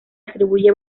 atribuye